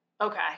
Okay